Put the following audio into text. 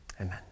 Amen